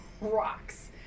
rocks